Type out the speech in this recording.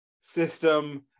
system